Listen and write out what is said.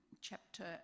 chapter